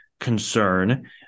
concern